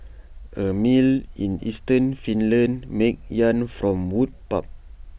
A mill in eastern Finland makes yarn from wood pulp